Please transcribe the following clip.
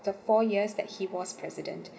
the four years that he was president